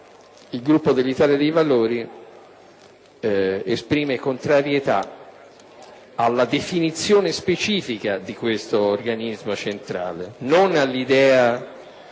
il Gruppo dell'Italia dei Valori esprime contrarietà alla definizione specifica di questo organismo centrale, non all'idea